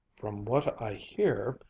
from what i hear,